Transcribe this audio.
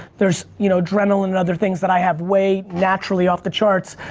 there's you know adrenaline and other things that i have way naturally off the charts.